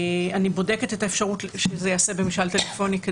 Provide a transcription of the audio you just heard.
אני בודקת את האפשרות שזה ייעשה במשאל טלפוני,